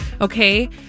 Okay